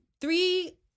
three